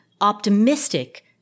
optimistic